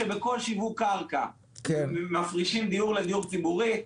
שבכל שיווק קרקע יפרישו לדיור ציבורי.